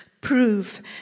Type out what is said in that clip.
prove